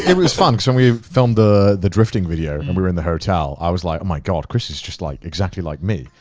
it was fun cause when we filmed the the drifting video and we were in the hotel, i was like, oh my god. chris is just like, exactly like me.